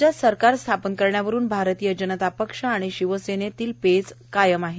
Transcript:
राज्यात सरकार स्थापन करण्यावरून भारतीय जनता पक्ष आणि शिवसेनेत पेच कायम आहे